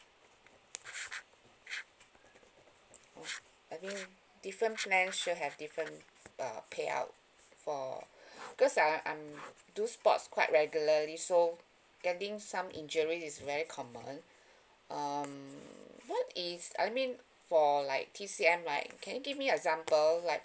I mean different plan should have different uh payout for because ah I'm do sports quite regularly so getting some injury is very common um what is I mean for like T_C_M right can you give me example like